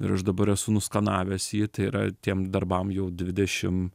ir aš dabar esu nuskanavęs jį tai yra tiem darbam jau dvidešim